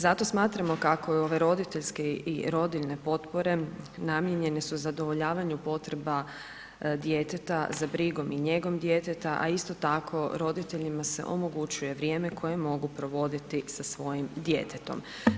Zato smatramo kako je ove roditeljske i rodiljne potpore namijenjene su zadovoljavanju potreba djeteta za brigom i njegom djeteta, a isto tako, roditeljima se omogućuje vrijeme koje mogu provoditi sa svojim djetetom.